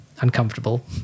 uncomfortable